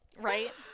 Right